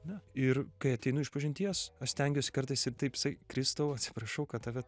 na ir kai ateinu išpažinties aš stengiuosi kartais ir taip sa kristau atsiprašau kad tave